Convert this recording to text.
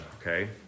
okay